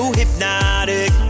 hypnotic